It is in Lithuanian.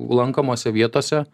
lankomose vietose